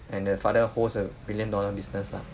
and the father holds a billion dollar business lah